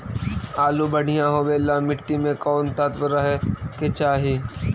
आलु बढ़िया होबे ल मट्टी में कोन तत्त्व रहे के चाही?